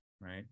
right